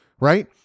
right